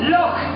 Look